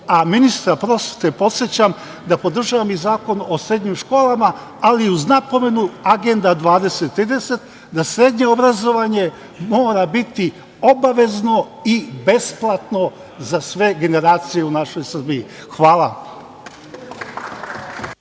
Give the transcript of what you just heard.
a ministra prosvete podsećam da podržavam i Zakon o srednjim školama, ali uz napomenu, Agenda 2030, na srednje obrazovanje mora biti obavezno i besplatno za sve generacije u našoj Srbiji. Hvala.